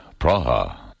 Praha